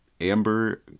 Amber